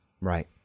Right